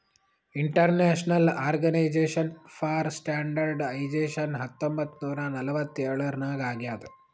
international organization for standardization ಹತ್ತೊಂಬತ್ ನೂರಾ ನಲ್ವತ್ತ್ ಎಳುರ್ನಾಗ್ ಆಗ್ಯಾದ್